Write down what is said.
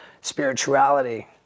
spirituality